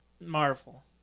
Marvel